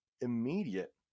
immediate